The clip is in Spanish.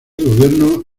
gobierno